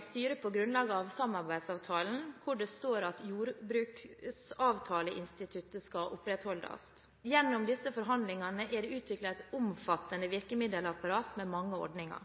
styrer på grunnlag av samarbeidsavtalen, hvor det står at jordbruksavtaleinstituttet skal opprettholdes. Gjennom disse forhandlingene er det utviklet et omfattende virkemiddelapparat med mange ordninger.